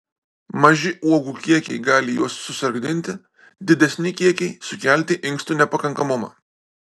maži uogų kiekiai gali juos susargdinti didesni kiekiai sukelti inkstų nepakankamumą